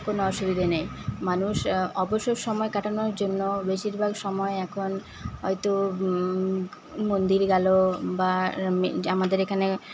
কোন অসুবিধা নেই মানুষ অবসর সময় কাটানোর জন্য বেশিরভাগ সময় এখন হয়তো মন্দিরে গেল বা আমাদের এইখানে